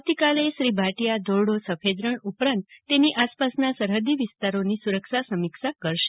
આવતીકાલે ધોરડો સફેદ રણ ઉપરાંત તેની આસપાસના સરહદી વિસ્તારોમાં સુરક્ષા સમીક્ષા કરશે